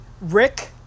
Rick